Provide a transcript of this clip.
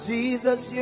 Jesus